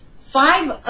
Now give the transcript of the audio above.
Five